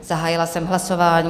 Zahájila jsem hlasování.